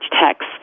text